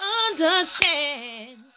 understand